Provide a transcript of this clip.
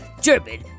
German